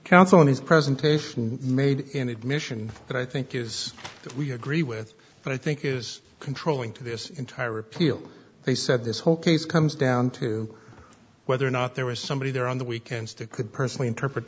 counsel in his presentation made in admission but i think is that we agree with what i think is controlling to this entire appeal they said this whole case comes down to whether or not there was somebody there on the weekends to could personally interpret